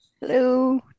Hello